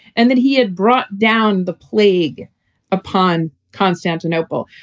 and that he had brought down the plague upon constantinople,